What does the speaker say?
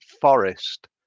forest